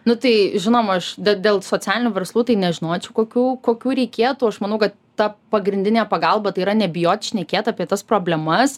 nu tai žinoma aš dėl socialinių verslų tai nežinočiau kokių kokių reikėtų aš manau kad ta pagrindinė pagalba tai yra nebijoti šnekėt apie tas problemas